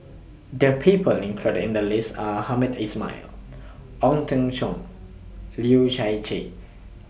The People included in The list Are Hamed Ismail Ong Teng Cheong Leu Chye